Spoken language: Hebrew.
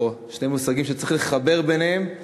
או שני מושגים שצריך לחבר ביניהם.